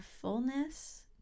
fullness